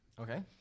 Okay